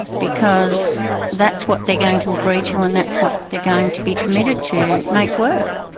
because that's what they're going to agree to and that's what they're going to be committed to make work.